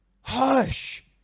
hush